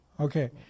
Okay